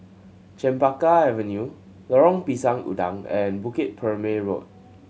Chempaka Avenue Lorong Pisang Udang and Bukit Purmei Road